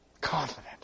confident